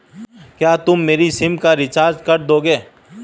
क्या तुम मेरी सिम का रिचार्ज कर दोगे?